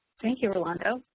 thank you, rolando.